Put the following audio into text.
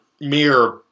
mere